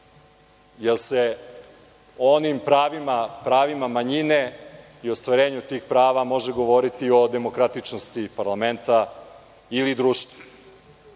jer se o onim pravima manjine i ostvarenju tih prava može govoriti o demokratičnosti parlamenta ili